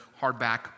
hardback